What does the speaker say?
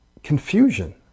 Confusion